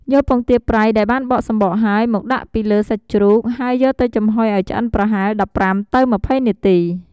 យកពងទាប្រៃដែលបានបកសំបកហើយ មកដាក់ពីលើសាច់ជ្រូក ហើយយកទៅចំហុយឱ្យឆ្អិនប្រហែល ១៥ ទៅ ២០ នាទី។